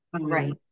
Right